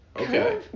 okay